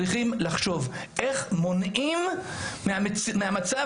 צריך לחשוב איך מונעים מהמצב